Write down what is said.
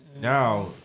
Now